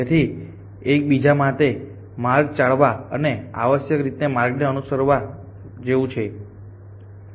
તેથી તે એકબીજા માટે માર્ગ ચાળવા અને આવશ્યકરીતે માર્ગને અનુસરવા જેવું છે